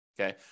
Okay